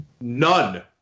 None